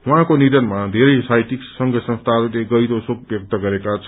उहाँको नियनमा वेरै साहित्यिक संघ संस्याहरूले गहिरो शोक व्यक्त गरेका छन्